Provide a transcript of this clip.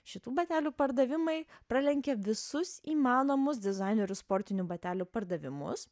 šitų batelių pardavimai pralenkia visus įmanomus dizainerių sportinių batelių pardavimus